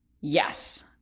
Yes